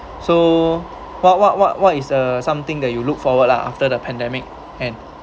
so what what what what is a something that you look forward lah after the pandemic end